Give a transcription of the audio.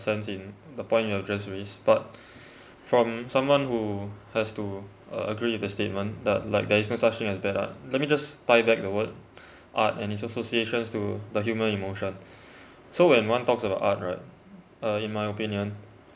sense in the point you try to raise but from someone who has to agree with the statement that like there is no such thing as bad art let me just bite back the word art and its associations to the human emotion so when one talks about art right uh in my opinion